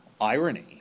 irony